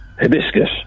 Hibiscus